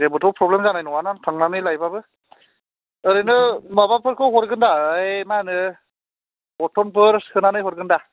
जेबोथ प्रब्लेम जानाय नङा ना थांनानै लायबाबो ओरैनो माबाफोरखौ हरगोनदा यै मा होनो बरथनफोर सोनानै हरगोनदा